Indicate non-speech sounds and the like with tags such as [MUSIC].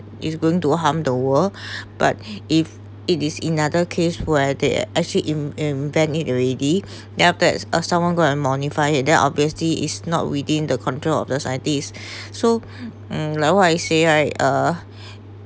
is going to harm the world but if it is another case where they actually in~ invent it already [BREATH] then after that uh someone go and modify it then obviously is not within the control of the scientists [BREATH] so um like what I say right uh